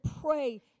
pray